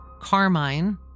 Carmine